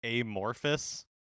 amorphous